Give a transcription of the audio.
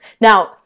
now